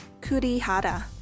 Kurihara